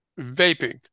vaping